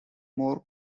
more